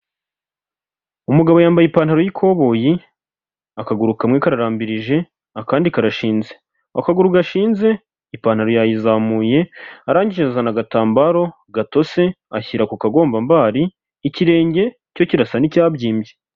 Umugabo yambaye ipantaro'ikoboyi, akaguru kamwe karambirije, akandi karashinze. Akaguru gashinze ipantaro yayizamuye, arangije azana agatambaro gatose ashyira ku kagombambari, ikirenge cyo kirasa nk'icyabyimbye.